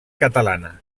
catalana